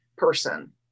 person